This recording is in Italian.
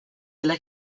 della